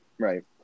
Right